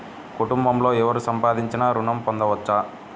కుటుంబంలో ఎవరు సంపాదించినా ఋణం పొందవచ్చా?